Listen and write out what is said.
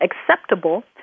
acceptable